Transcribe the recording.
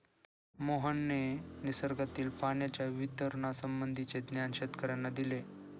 मोहनने निसर्गातील पाण्याच्या वितरणासंबंधीचे ज्ञान शेतकर्यांना दिले